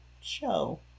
show